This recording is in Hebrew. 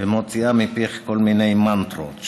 ומוציאה מפיך כל מיני מנטרות.